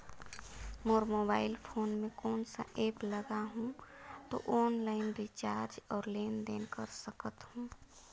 मोर mobile phone मे कोन सा एप्प लगा हूं तो ऑनलाइन रिचार्ज और लेन देन कर सकत हू?